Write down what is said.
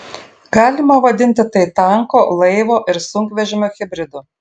galima vadinti tai tanko laivo ir sunkvežimio hibridu